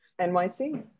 NYC